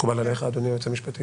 מקובל עליך, אדוני היועץ המשפטי?